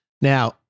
Now